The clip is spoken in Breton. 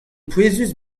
pouezus